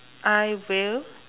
I will